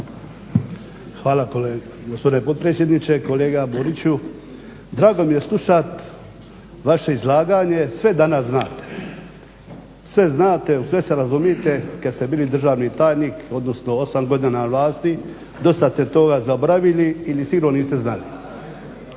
Hvala gospodine potpredsjedniče, kolega Boriću. Drago mi je slušat vaše izlaganje jer sve danas znate, sve znate, u sve se razumite. Kad ste bili državni tajnik odnosno 8 godina na vlasti dosta ste toga zaboravili ili sigurno niste znali.